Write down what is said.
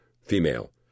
female